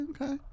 Okay